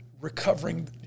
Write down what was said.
recovering